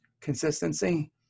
consistency